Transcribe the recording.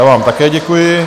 Já vám také děkuji.